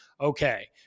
okay